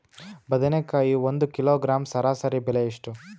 ಬದನೆಕಾಯಿ ಒಂದು ಕಿಲೋಗ್ರಾಂ ಸರಾಸರಿ ಬೆಲೆ ಎಷ್ಟು?